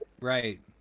right